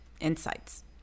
insights